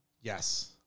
Yes